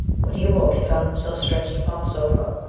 when he awoke, he found himself stretched upon the sofa,